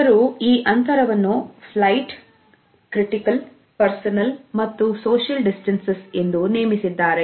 ಇವರು ಈ ಅಂತರವನ್ನುflight critical personal ಮತ್ತು social distances ಎಂದು ನೇಮಿಸಿದ್ದಾರೆ